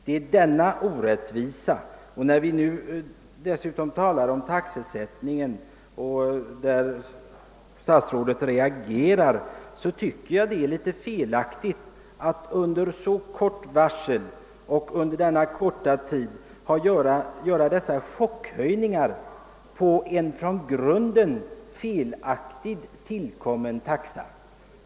Det är denna orättvisa jag vänder mig emot. Med anledning av att herr statsrådet på tal om taxesättningen reagerar på denna punkt vill jag säga att jag tycker det är litet felaktigt att med så kort varsel göra dessa chockhöjningar av en från grunden felaktigt tillkommen taxa.